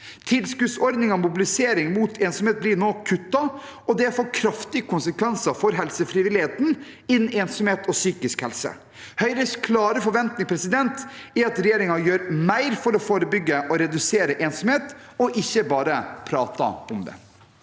Tilskuddsordningen Mobilisering mot ensomhet blir nå kuttet, og det får kraftige konsekvenser for helsefrivilligheten innen ensomhet og psykisk helse. Høyres klare forventning er at regjeringen gjør mer for å forebygge og redusere ensomhet og ikke bare prater om det.